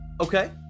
Okay